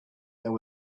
there